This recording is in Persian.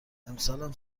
امسالم